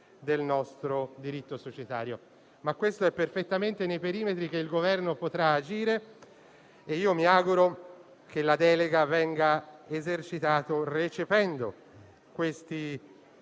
del nostro diritto societario. Ma questo è perfettamente nei perimetri che il Governo potrà agire e mi auguro che la delega venga esercitata recependo tali